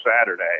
Saturday